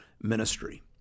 ministry